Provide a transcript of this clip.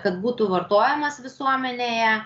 kad būtų vartojamas visuomenėje